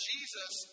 Jesus